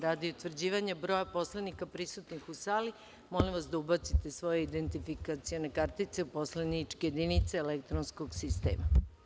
Radi utvrđivanja broja poslanika prisutnih u sali, molim vas da ubacite svoje identifikacione kartice u poslaničke jedinice elektronskog sistema.